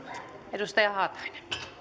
edustaja haatainen arvoisa